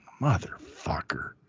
motherfucker